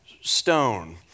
stone